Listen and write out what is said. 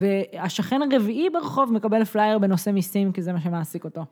והשכן הרביעי ברחוב מקבל פלייר בנושא מיסים, כי זה מה שמעסיק אותו.